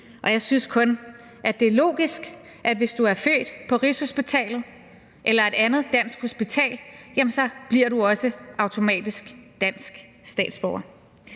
og jeg synes, at det kun er logisk, at hvis du er født på Rigshospitalet eller et andet dansk hospital, jamen så bliver du også automatisk dansk statsborger.